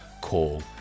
call